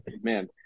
Man